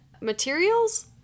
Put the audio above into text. materials